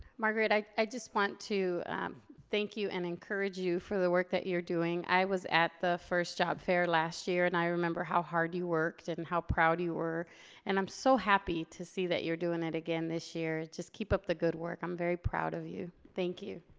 margaret i i just want to um thank you and encourage you for the work that you're doing. i was at the first job fair last year and i remember how hard you worked and how proud you were and i'm so happy to see that you're doing it again this year, just keep up the good work. i'm very proud of you. thank you.